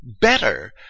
better